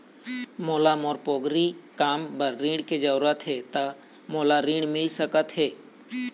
मोला मोर पोगरी काम बर ऋण के जरूरत हे ता मोला ऋण मिल सकत हे?